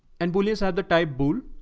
and bullies are the type bull.